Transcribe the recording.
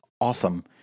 awesome